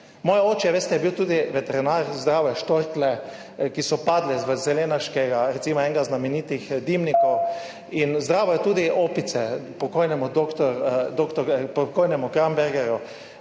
veste, je bil tudi veterinar, je zdravil štorklje, ki so padle iz zelenarškega, recimo enega znamenitih dimnikov in zdravo je tudi opice pokojnemu Krambergerju